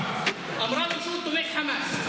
היא אמרה לו "תומך חמאס".